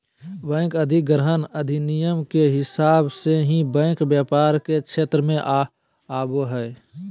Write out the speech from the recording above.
bank अधिग्रहण अधिनियम के हिसाब से ही बैंक व्यापार के क्षेत्र मे आवो हय